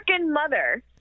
mother